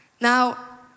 Now